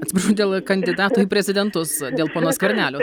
atsiprašau dėl kandidato į prezidentus dėl pono skvernelio